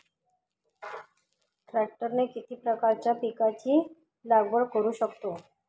ट्रॅक्टरने किती प्रकारच्या पिकाची लागवड करु शकतो?